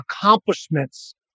accomplishments